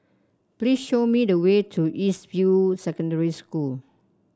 please show me the way to East View Secondary School